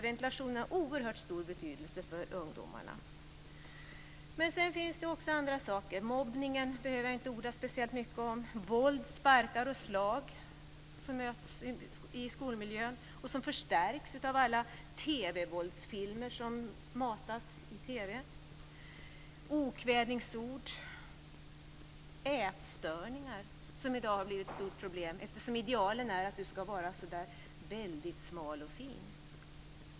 Ventilationen har oerhört stor betydelse för ungdomarna, men det finns också andra saker. Jag behöver inte orda speciellt mycket om mobbningen. Det förekommer våld, sparkar och slag i skolmiljön, en tendens som förstärks av alla våldsfilmer som man matas med i TV. Vidare förekommer okvädinsord och ätstörningar, som i dag har blivit ett stort problem, eftersom idealet är att man ska vara väldigt smal och fin.